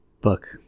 book